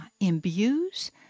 imbues